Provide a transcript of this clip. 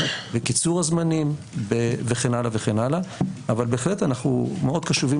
בקיצור הזמנים וכן הלאה וכן הלאה אבל בהחלט אנחנו מאוד קשובים